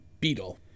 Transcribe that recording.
Beetle